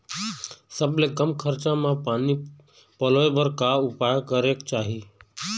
सबले कम खरचा मा पानी पलोए बर का उपाय करेक चाही?